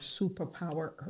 superpower